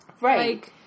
Right